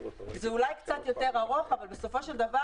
זה אולי קצת יותר ארוך אבל בסופו של דבר